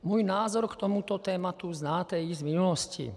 Můj názor k tomuto tématu znáte již z minulosti.